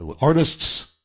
artists